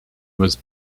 was